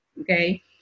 Okay